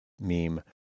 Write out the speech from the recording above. meme